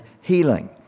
healing